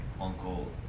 uncle